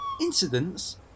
Incidents